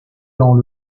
dans